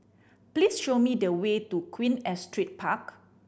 please show me the way to Queen Astrid Park